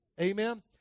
Amen